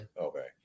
Okay